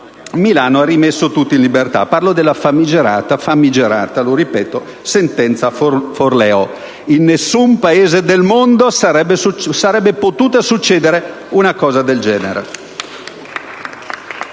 Milano ha rimesso tutti in libertà. Parlo della famigerata - lo ripeto - sentenza Forleo. In nessun Paese del mondo sarebbe potuta succedere una cosa del genere.